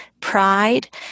pride